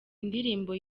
indirimbo